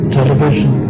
television